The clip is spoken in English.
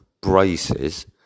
braces